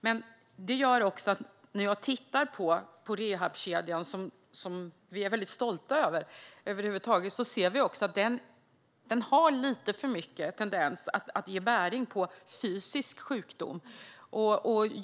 Men det gör också att när jag tittar på rehabkedjan, som vi är väldigt stolta över, ser att den tenderar att i lite för hög grad ha bäring på fysisk sjukdom.